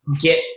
get